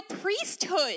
priesthood